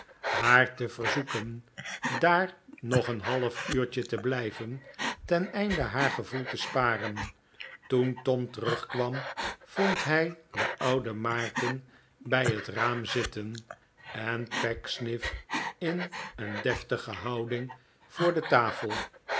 haar te verzoeken daar nog een half uurtje te blijven teneinde haar gevoel te sparen toen tom terugkwam vond hij den ouden maarten bij het raam zitten en pecksniff in een deftige houding voor de tafel